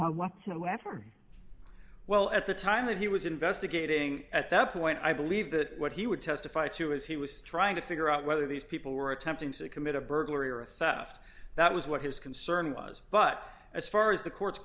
whatsoever well at the time that he was investigating at that point i believe that what he would testify to is he was trying to figure out whether these people were attempting to commit a burglary or theft that was what his concern was but as far as the courts